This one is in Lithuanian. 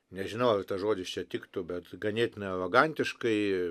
nežinau ar tas žodis čia tiktų bet ganėtinai arogantiškai